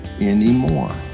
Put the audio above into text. anymore